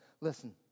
Listen